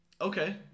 Okay